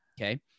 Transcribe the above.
okay